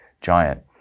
giant